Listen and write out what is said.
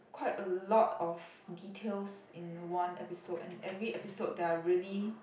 quite a lot of details in one episode and every episode there're really